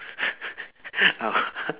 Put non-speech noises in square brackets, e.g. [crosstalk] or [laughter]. [laughs]